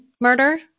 murder